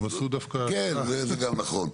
כן, זה גם נכון.